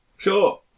Sure